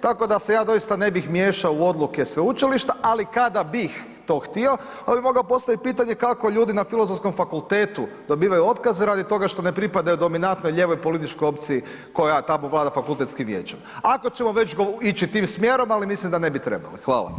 tako da se ja doista ne bih miješao u odluke sveučilišta, ali kada bih to htio, onda bi mogao postaviti pitanje kako ljudi na Filozofskom fakultetu dobivaju otkaz radi toga što ne pripadaju dominantnoj ljevoj političkoj opciji koja tamo vlada fakultetskim vijećem, ako ćemo već ići tim smjerom, ali mislim da ne bi trebali.